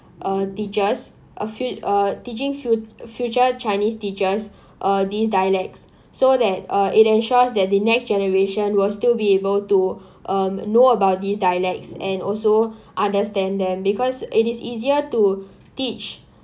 uh teachers teaching fu~ future chinese teachers uh these dialects so that uh it ensures that the next generation will still be able to um know about these dialects and also understand them because it is easier to teach